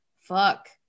fuck